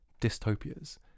dystopias